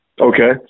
Okay